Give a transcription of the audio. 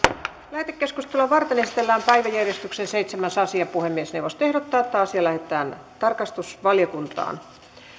lähetekeskustelua varten esitellään päiväjärjestyksen seitsemäs asia puhemiesneuvosto ehdottaa että asia lähetetään tarkastusvaliokuntaan